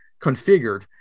configured